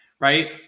right